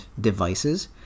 devices